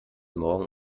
morgen